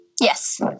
Yes